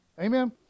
amen